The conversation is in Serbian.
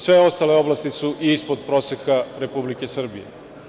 Sve ostale oblasti su ispod proseka Republike Srbije.